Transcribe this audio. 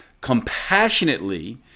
compassionately